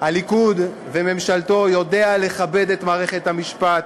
הליכוד והממשלה יודעים לכבד את מערכת המשפט,